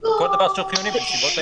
כל דבר שהוא חיוני בנסיבות העניין.